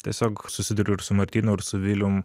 tiesiog susiduriu ir su martynu ir su vilium